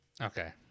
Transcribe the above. Okay